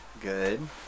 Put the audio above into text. Good